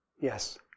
yes